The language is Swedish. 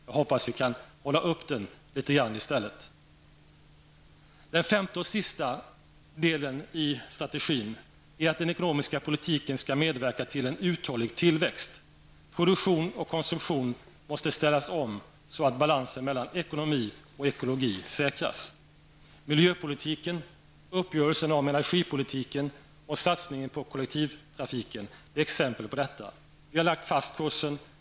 Jag hoppas att vi i stället kan hålla upp nivån. Det femte och sista är att den ekonomiska politiken skall medverka till en uthållig tillväxt. Produktion och konsumtion måste ställas om så att balansen mellan ekonomi och ekologi säkras. Miljöpolitiken, uppgörelsen om energipolitiken och satsningen på kollektivtrafiken är exempel på detta. Vi har lagt fast kursen.